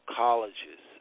colleges